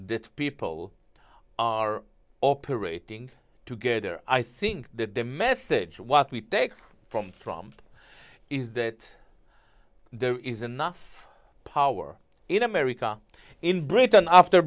that people are operating together i think that their message what we take from trump is that there is enough power in america in britain after